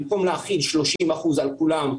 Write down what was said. במקום להחיל 30% על כולם,